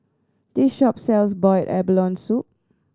this shop sells boiled abalone soup